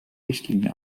richtlinie